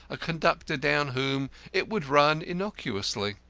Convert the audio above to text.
a conductor down whom it would run innocuously.